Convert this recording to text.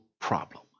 problem